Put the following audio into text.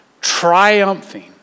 triumphing